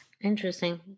interesting